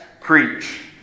preach